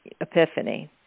epiphany